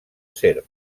serp